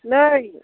नै